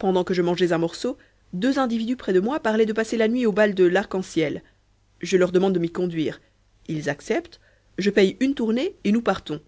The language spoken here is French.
pendant que je mangeais un morceau deux individus près de moi parlaient de passer la nuit au bal de l'arc-en-ciel je leur demande de m'y conduire ils acceptent je paye une tournée et nous partons